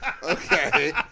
Okay